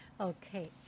Okay